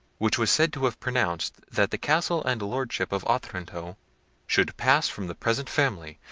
which was said to have pronounced that the castle and lordship of otranto should pass from the present family,